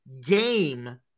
game